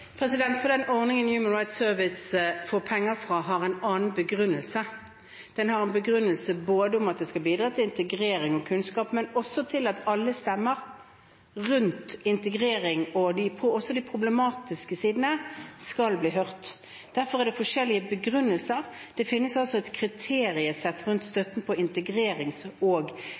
den ordningen Human Rights Service får penger fra, har en annen begrunnelse – både at den skal bidra til integrering og kunnskap, og at alle stemmer rundt integrering, også de problematiske sidene, skal bli hørt. Derfor er det forskjellige begrunnelser. Det finnes altså et kriteriesett rundt støtten til integrerings-, informasjons- og